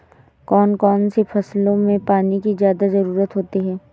कौन कौन सी फसलों में पानी की ज्यादा ज़रुरत होती है?